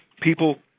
People